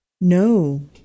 No